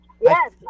Yes